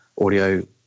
audio